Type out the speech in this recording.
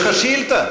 יש לך שאילתה.